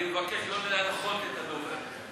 אני מבקש שלא להנחות את הדובר.